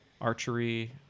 archery